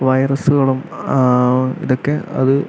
വൈറസുകളും ഇതൊക്കെ അത്